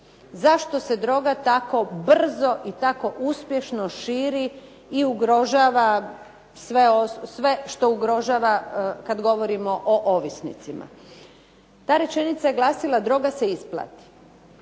zašto se droga tako brzo i tako uspješno širi i ugrožava sve što ugrožava kad govorimo o ovisnicima. Ta rečenica je glasila: "Droga se isplati.".